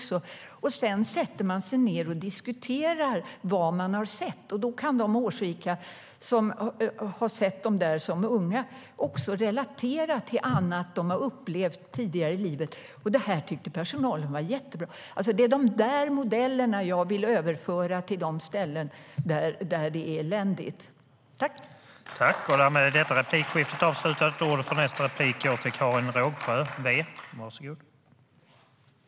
Sedan sätter man sig ned och diskuterar vad man har sett. Då kan de årsrika som har sett filmerna som unga också relatera till annat som de har upplevt tidigare i livet. Det tycker personalen är jättebra.